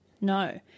No